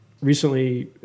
recently